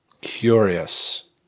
Curious